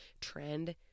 trend